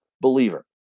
believer